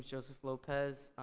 joseph lopez.